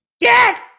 get